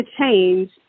change